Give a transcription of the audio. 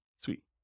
Sweet